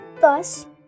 Thus